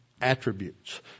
attributes